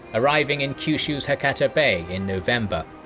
arriving in kyushu's hakata bay in november.